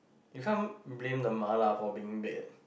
you can't blame the mala for being bad